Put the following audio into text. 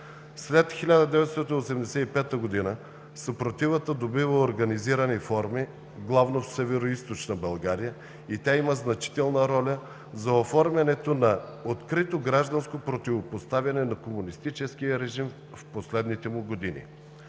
След 1985 г. съпротивата добива организирани форми главно в Североизточна България и тя има значителна роля за оформянето на открито гражданско противопоставяне на комунистическия режим в последните му години.